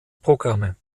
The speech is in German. programme